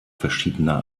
verschiedener